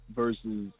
versus